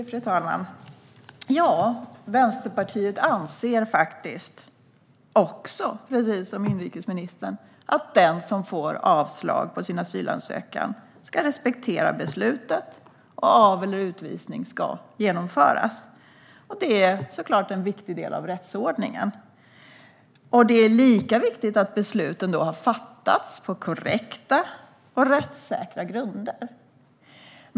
Fru talman! Vänsterpartiet anser faktiskt också, precis som inrikesministern, att den som får avslag på sin asylansökan ska respektera beslutet och att avvisning eller utvisning ska genomföras. Det är såklart en viktig del av rättsordningen. Lika viktigt är det då att beslutet har fattats på korrekta och rättssäkra grunder.